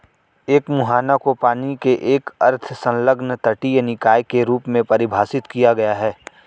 एक मुहाना को पानी के एक अर्ध संलग्न तटीय निकाय के रूप में परिभाषित किया गया है